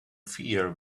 fear